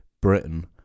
Britain